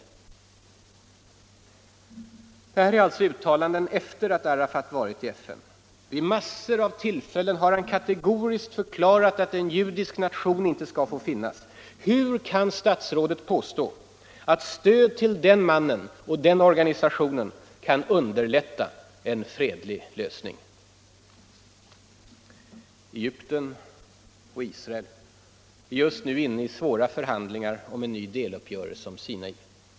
Det här är alltså uttalanden efter det att Arafat varit i FN. Vid massor av tillfällen har han kategoriskt förklarat att en judisk nation inte skall få finnas. Hur kan statsrådet påstå att stöd till den mannen och den organisationen kan ”underlätta en fredlig lösning”? Egypten och Israel är just nu inne i svåra förhandlingar om en ny deluppgörelse om Sinai.